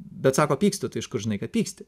bet sako pykstu tai iš kur žinai kad pyksti